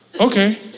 okay